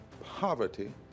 poverty